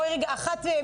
חס וחלילה מה